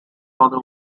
father